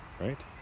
right